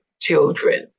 children